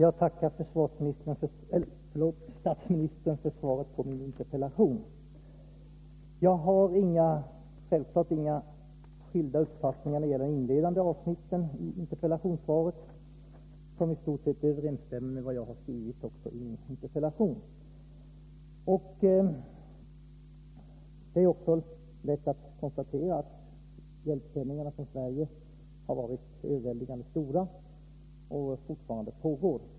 Herr talman! Jag tackar statsministern för svaret på min interpellation. Jag har självfallet ingen annan uppfattning än statsministern när det gäller de inledande avsnitten i interpellationssvaret, vars innehåll i stort sett överensstämmer med vad jag har skrivit i min interpellation. Det är också lätt att konstatera att hjälpsändningarna från Sverige har varit överväldigande stora, och de pågår fortfarande.